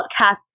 podcast